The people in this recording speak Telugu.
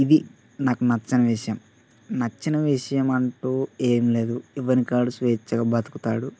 ఇది నాకు నచ్చని విషయం నచ్చిన విషయం అంటూ ఏం లేదు ఎవడికి వాడు స్వేచ్ఛగా బ్రతుకుతాడు